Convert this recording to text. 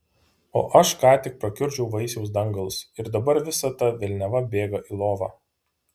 o aš ką tik prakiurdžiau vaisiaus dangalus ir dabar visa ta velniava bėga į lovą